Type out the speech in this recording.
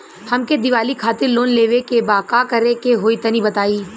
हमके दीवाली खातिर लोन लेवे के बा का करे के होई तनि बताई?